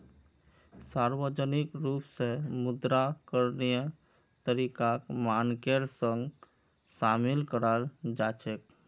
सार्वजनिक रूप स मुद्रा करणीय तरीकाक मानकेर संग शामिल कराल जा छेक